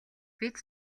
бид